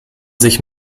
sich